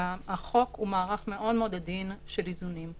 החוק הוא מערך מאוד עדין של איזונים.